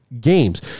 games